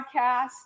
podcast